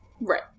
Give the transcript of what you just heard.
Right